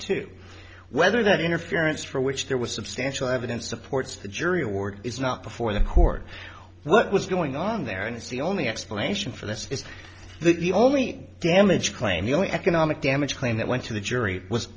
two whether that interference for which there was substantial evidence supports the jury award is not before the court what was going on there and it's the only explanation for this is the only damage claim the only economic damage claim that went to the jury was